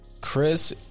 Chris